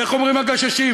איך אומרים "הגששים"?